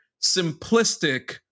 simplistic